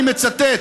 אני מצטט,